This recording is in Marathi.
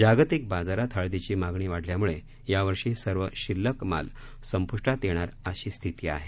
जागतिक बाजारात हळदीची मागणी वाढल्यामुळे यावर्षी सर्व शिल्लक माल संपुष्टात येणार अशी स्थिती आहे